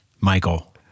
Michael